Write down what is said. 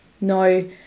no